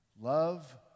Love